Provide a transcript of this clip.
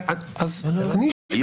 היא לא צריכה לחתום.